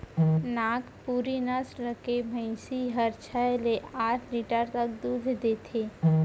नागपुरी नसल के भईंसी हर छै ले आठ लीटर तक दूद देथे